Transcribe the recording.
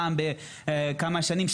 פעם בכמה שנים,